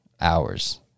Hours